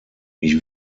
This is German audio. ich